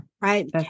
right